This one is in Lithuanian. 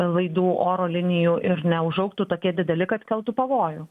laidų oro linijų ir neužaugtų tokie dideli kad keltų pavojų